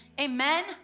Amen